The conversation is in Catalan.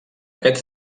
aquest